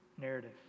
narrative